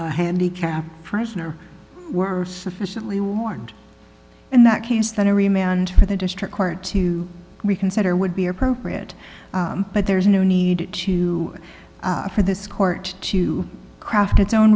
y handicapped prisoner were sufficiently warned in that case that every man for the district court to reconsider would be appropriate but there is no need to for this court to craft its own